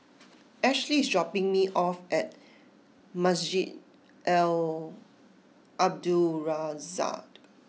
Ashlie is dropping me off at Masjid Al Abdul Razak